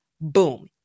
Boom